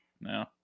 No